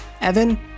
Evan